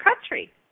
country